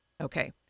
Okay